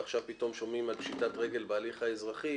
ועכשיו שומעים על פשיטת רגל בהליך האזרחי,